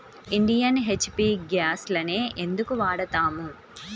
Indian, HP గ్యాస్లనే ఎందుకు వాడతాము?